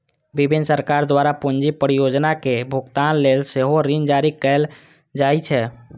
विभिन्न सरकार द्वारा पूंजी परियोजनाक भुगतान लेल सेहो ऋण जारी कैल जाइ छै